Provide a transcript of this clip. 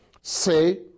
Say